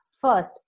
First